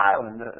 island